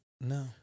No